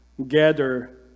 gather